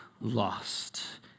lost